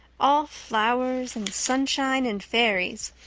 all flowers and sunshine and fairies,